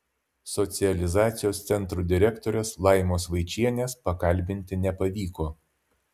socializacijos centro direktorės laimos vaičienės pakalbinti nepavyko